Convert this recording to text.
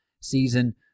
season